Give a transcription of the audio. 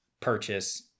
purchase